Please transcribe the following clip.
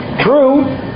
True